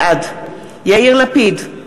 בעד יאיר לפיד,